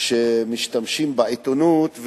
שמשתמשים בעיתונות,